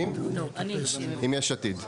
"יש עתיד".